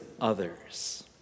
others